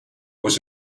was